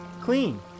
clean